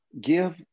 give